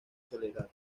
soledad